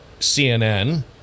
CNN